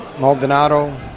Maldonado